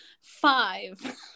Five